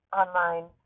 online